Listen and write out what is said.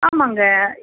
ஆமாம்ங்க